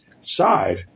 side